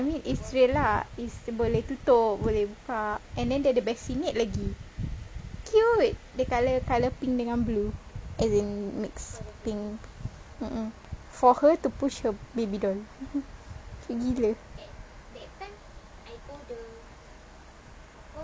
I mean it's real lah it's boleh tutup boleh buka and then dia ada bassinet lagi cute the colour colour pink dengan blue as in mix pink mmhmm for her to push her baby doll cute gila